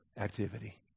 activity